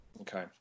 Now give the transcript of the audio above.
Okay